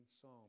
psalm